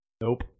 Nope